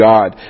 God